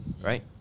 Right